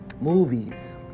movies